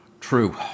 True